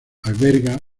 alberga